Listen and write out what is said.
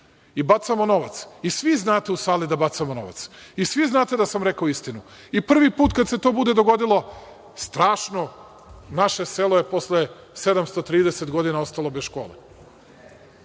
I bacamo novac. I svi znate u sali da bacamo novac. I svi znate da sam rekao istinu. I prvi put kada se to bude dogodilo, strašno naše selo je posle 730 godina ostalo bez škole.